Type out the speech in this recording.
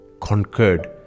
conquered